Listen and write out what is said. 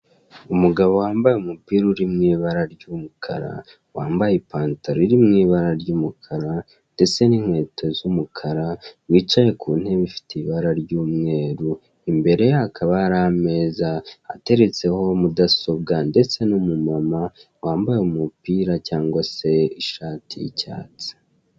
Umugabo wambaye umupira uri mu ibara ry'umukara, wambaye ipantaro iri mu ibara ry'umukara ndetse n'inketo z'umukara wicaye ku intebe ifite ibara ry'umweru, imbere ye hakaba hari ameza ateretseho mudasobwa ndetse n'umumama wambaye umupira cyangwa se ishati y'icyatsi.